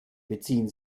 beziehen